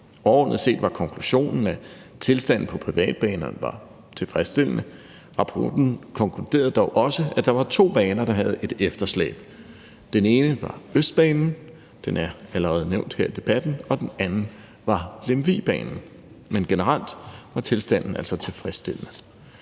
Overordnet set var konklusionen, at tilstanden på privatbanerne var tilfredsstillende. Rapporten konkluderede dog også, at der var to baner, der havde et efterslæb. Den ene var Østbanen – den er allerede nævnt her i debatten – og den anden var Lemvigbanen. Men generelt var tilstanden altså tilfredsstillende.